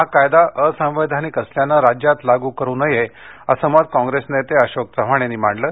हा कायदा असंवैधानिक असल्याने राज्यात लागू करू नये असं मत काँप्रेस नेते अशोक चव्हाण यांनी मांडलं